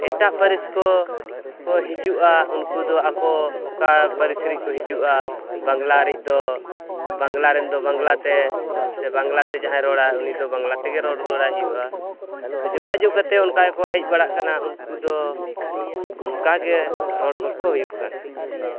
ᱮᱴᱟᱜ ᱯᱟᱹᱨᱤᱥᱠᱚ ᱠᱚ ᱦᱤᱡᱩᱜᱼᱟ ᱩᱱᱠᱩ ᱫᱚ ᱟᱠᱚ ᱚᱠᱟ ᱯᱟᱹᱨᱤᱥ ᱨᱮᱠᱚ ᱦᱤᱡᱩᱜᱼᱟ ᱵᱟᱝᱞᱟᱨᱤᱡ ᱫᱚ ᱵᱟᱝᱞᱟᱨᱮᱱ ᱫᱚ ᱵᱟᱝᱞᱟᱛᱮ ᱥᱮ ᱵᱟᱝᱞᱟᱛᱮ ᱡᱟᱦᱟᱸᱭ ᱨᱚᱲᱟ ᱩᱱᱤᱫᱚ ᱵᱟᱝᱞᱟ ᱛᱮᱜᱮ ᱨᱚᱲ ᱨᱩᱣᱟᱹᱲᱟᱭ ᱦᱩᱭᱩᱜᱼᱟ ᱛᱳ ᱡᱳᱜᱟᱡᱳᱜᱽ ᱠᱟᱛᱮᱫ ᱚᱱᱠᱟᱜᱮ ᱠᱚ ᱦᱮᱡ ᱵᱟᱲᱟᱜ ᱠᱟᱱᱟ ᱩᱱᱠᱩᱫᱚ ᱚᱱᱟᱠᱟᱜᱮ ᱨᱚᱲ ᱜᱚᱞᱯᱷᱚ ᱦᱩᱭᱩᱜ ᱠᱟᱱᱟ